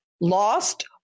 lost